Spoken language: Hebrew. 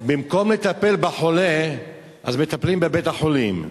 במקום לטפל בחולה, אז מטפלים בבית-החולים.